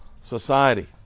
society